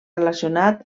relacionat